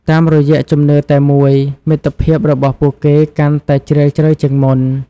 តាមរយៈជំនឿតែមួយ មិត្តភាពរបស់ពួកគេកាន់តែជ្រាលជ្រៅជាងមុន។